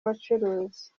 abacuruzi